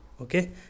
okay